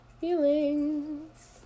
feelings